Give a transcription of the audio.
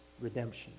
Redemption